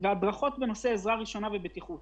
אם זה הדרכות בעזרה ראשונה ובטיחות.